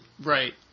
Right